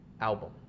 album